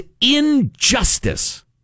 injustice